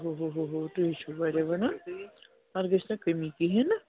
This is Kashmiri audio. ہُہ ہُہ ہُہ ہُہ تُہۍ ۂے چھُو واریاہ وَنان اتھ گَژھِ نہٕ کٔمی کِہیٖنۍ نہٕ